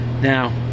Now